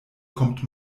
kommt